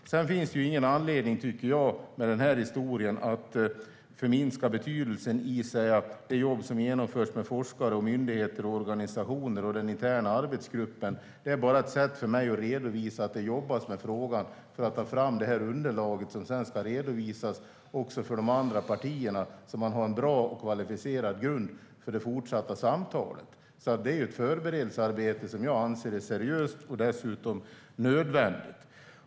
När det gäller den här historien tycker jag inte att det finns någon anledning att förminska betydelsen av det jobb som genomförs med forskare, myndigheter, organisationer och den interna arbetsgruppen. Det är bara ett sätt för mig att redovisa att det jobbas med frågan för att ta fram det underlag som sedan ska redovisas även för de andra partierna, så att man har en bra och kvalificerad grund för det fortsatta samtalet. Det är alltså ett förberedelsearbete som jag anser är seriöst och dessutom nödvändigt.